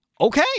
Okay